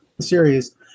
series